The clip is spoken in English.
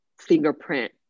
fingerprint